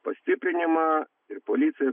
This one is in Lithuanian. pastiprinimą ir policija